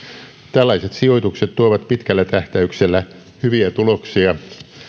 tällaiset sijoitukset tuovat pitkällä tähtäyksellä hyviä tuloksia